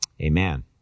Amen